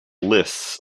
lists